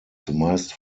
zumeist